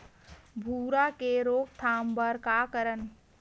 भूरा के रोकथाम बर का करन?